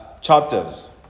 chapters